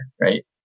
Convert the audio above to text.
Right